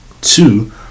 Two